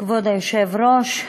כבוד היושב-ראש,